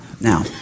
Now